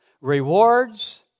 Rewards